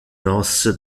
nos